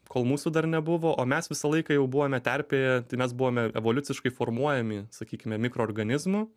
kol mūsų dar nebuvo o mes visą laiką jau buvome terpėje tai mes buvome evoliuciškai formuojami sakykime mikroorganizmų